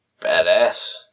Badass